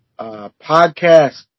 podcast